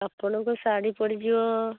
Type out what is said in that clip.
ଆପଣଙ୍କ ଶାଢ଼ୀ ପଡ଼ିଯିବ